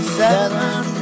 seven